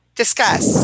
discuss